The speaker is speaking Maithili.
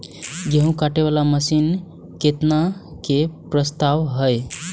गेहूँ काटे वाला मशीन केतना के प्रस्ताव हय?